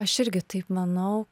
aš irgi taip manau